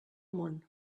món